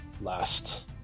last